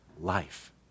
life